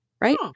right